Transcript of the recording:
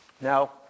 now